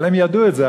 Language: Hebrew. הם ידעו את זה,